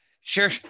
Sure